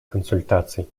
консультаций